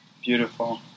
Beautiful